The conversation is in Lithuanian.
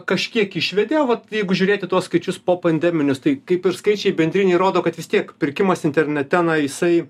kažkiek išvedė o vat jeigu žiūrėti į tuos skaičius po pandeminius tai kaip ir skaičiai bendriniai rodo kad vis tiek pirkimas internete na jisai